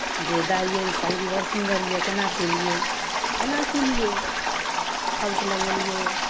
जे दाइ यै ई सलगी बड़ सुन्दर यए केना सिलियै केना सिलियै फॉल्स लगेलियै